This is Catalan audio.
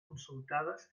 consultades